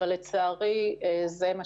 שם הציג ראש המל"ל את הדברים